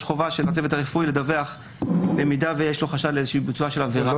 יש חובה של הצוות הרפואי לדווח במידה ויש לו חשד לביצוע של עבירה.